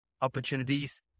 opportunities